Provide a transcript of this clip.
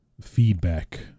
feedback